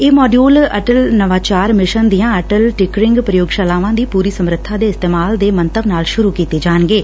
ਇਹ ਮੋਡਿਉਲ ਅਟਲ ਨਵਾਚਾਰ ਮਿਸ਼ਨ ਦੀਆਂ ਅਟਲ ਟਿਕਰਿੰਗ ਪ੍ਰੋਯਗਸ਼ਾਲਾਵਾਂ ਦੀ ਪੁਰੀ ਸਮੱਰਥਾ ਦੇ ਇਸਤੇਮਾਲ ਦੇ ਮੰਤਵ ਨਾਲ ਸੁਰੁ ਕੀਤੇ ਜਾਣਗੇ